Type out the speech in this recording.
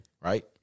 Right